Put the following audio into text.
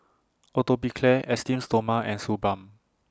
Atopiclair Esteem Stoma and Suu Balm